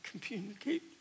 communicate